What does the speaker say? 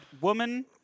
woman